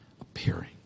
appearing